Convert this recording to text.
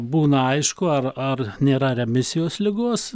būna aišku ar ar nėra remisijos ligos